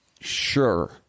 Sure